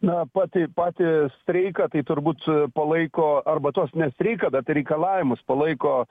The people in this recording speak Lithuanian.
na patį patį streiką tai turbūt palaiko arba tuos ne streiką bet reikalavimus palaiko